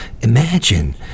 imagine